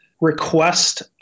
request